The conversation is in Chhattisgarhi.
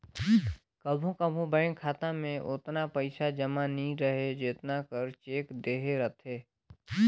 कभों कभों बेंक खाता में ओतना पइसा जमा नी रहें जेतना कर चेक देहे रहथे